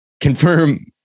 confirm